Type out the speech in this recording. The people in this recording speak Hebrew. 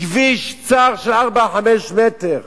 כביש צר של 4 5 מטרים.